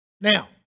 Now